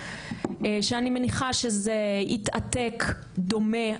שאני מניחה שזה יתעתק דומה,